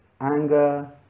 anger